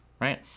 right